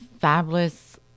fabulous